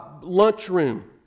lunchroom